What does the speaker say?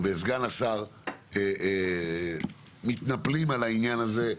וסגן השר מתנפלים על העניין הזה.